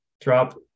drop